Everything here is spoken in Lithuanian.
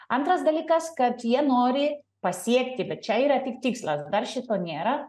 antras dalykas kad jie nori pasiekti bet čia yra tik tikslas dar šito nėra